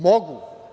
Mogu.